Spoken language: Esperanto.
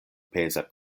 peza